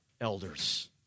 elders